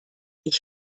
ich